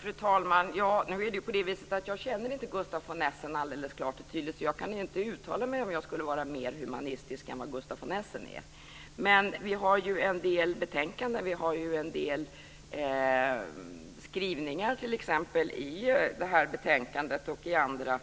Fru talman! Nu är det så att jag inte känner Gustaf von Essen så väl, så jag kan inte uttala mig om huruvida jag skulle vara mer humanistisk än han. Men i en del skrivningar i detta betänkande och andra